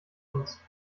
uns